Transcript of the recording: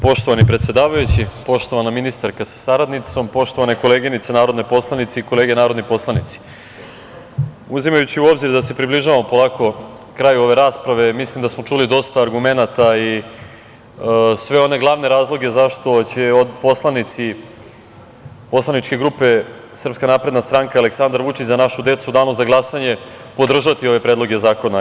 Poštovani predsedavajući, poštovana ministarka sa saradnicom, poštovane koleginice narodne poslanice i kolege narodni poslanici, uzimajući u obzir da se približavamo polako kraju ove rasprave, mislim da smo čuli dosta argumenata i sve one glavne razloge zašto će poslanici poslaničke grupe SNS, Aleksandar Vučić – za našu decu u danu za glasanje podržati ove predloge zakona.